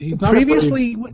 previously